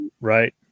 Right